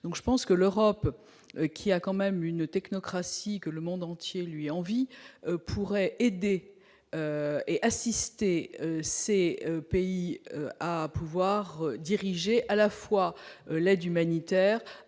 donc je pense que l'Europe qui a quand même une technocratie, que le monde entier lui envient pourrait aider et assister ces pays à pouvoir diriger à la fois l'aide humanitaire